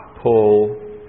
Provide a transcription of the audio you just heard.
pull